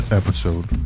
episode